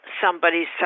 somebody's